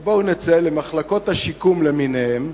בואו נצא למחלקות השיקום למיניהן.